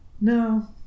No